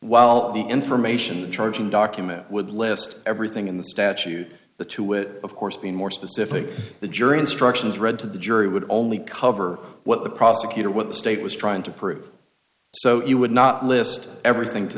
while the information charging document would list everything in the statute the two which of course being more specific the jury instructions read to the jury would only cover what the prosecutor what the state was trying to prove so you would not list everything to